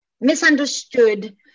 misunderstood